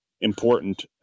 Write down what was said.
important